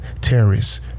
terrorists